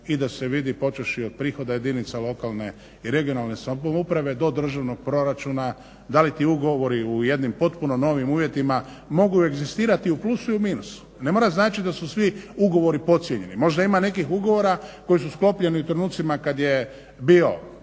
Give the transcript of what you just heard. i da se vidi počevši od prihoda jedinica lokalne i regionalne samouprave do državnog proračuna, da li ti ugovori u jednim potpuno novim uvjetima mogu egzistirati i u plusu i u minusu. Ne mora značit da su svi ugovori podcijenjeni, možda ima nekih ugovora koji su sklopljeni u trenucima kad je bio